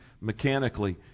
mechanically